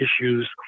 issues